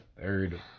third